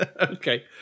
Okay